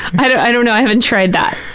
i don't know. i haven't tried that.